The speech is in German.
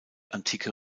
antike